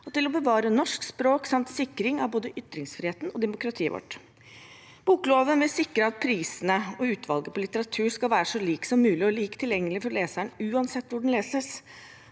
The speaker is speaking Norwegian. til å bevare norsk språk samt til sikring av både ytringsfriheten og demokratiet vårt. Bokloven vil sikre at prisene og utvalget på litteratur skal være så likt som mulig og likt tilgjengelig for leseren uansett hvor det leses